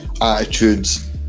attitudes